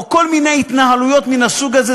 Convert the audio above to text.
או כל מיני התנהלויות מן הסוג הזה,